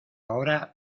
ahora